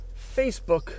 facebook